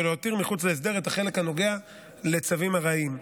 ולהותיר מחוץ להסדר את החלק הנוגע לצווים ארעיים.